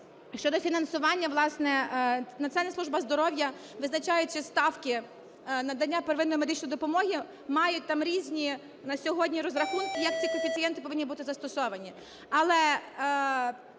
Щодо фінансування, власне, Національна служба здоров'я, визначаючи ставки надання первинної медичної допомоги, має там різні на сьогодні розрахунки, як ці коефіцієнти повинні бути застосовані.